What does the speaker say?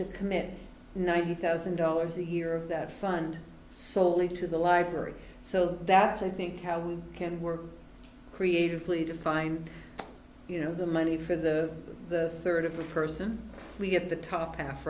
to commit ninety thousand dollars a year of that fund solely to the library so that's i think how we can work creatively to find you know the money for the third of the person we get the top half